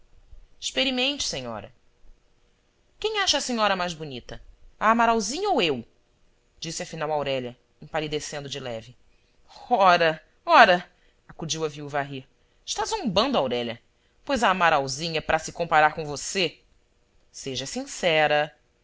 experimente senhora quem acha a senhora mais bonita a amaralzinha ou eu disse afinal aurélia empalidecendo de leve ora ora acudiu a viúva a rir está zombando aurélia pois a amaralzinha é para se comparar com você seja sincera